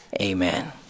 Amen